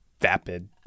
vapid